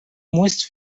west